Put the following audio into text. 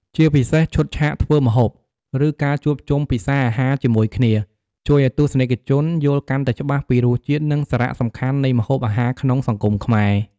ជាពិសេសឈុតឆាកធ្វើម្ហូប ឬការជួបជុំពិសាអាហារជាមួយគ្នា ជួយឱ្យទស្សនិកជនយល់កាន់តែច្បាស់ពីរសជាតិ និងសារៈសំខាន់នៃម្ហូបអាហារក្នុងសង្គមខ្មែរ ។